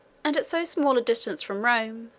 and at so small a distance from rome,